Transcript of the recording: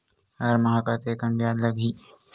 हर माह कतेकन ब्याज लगही?